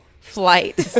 flight